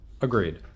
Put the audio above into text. Agreed